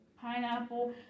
pineapple